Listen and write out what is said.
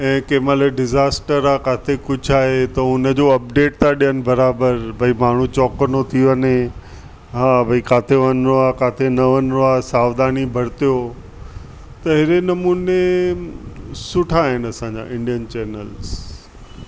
ऐं कंहिंमहिल डिजास्टर आहे किथे कुझु आहे त हुनजो अपडेट था ॾेअनि बराबरि भाई माण्हू चौकन्नो थी वञे हा भाई किथे वञिणो आहे किथे न वञिणो आहे सावधानी बरतियो त एॾे नमूने सुठा आहिनि असांजा इंडियन चैनल्स